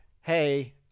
hey –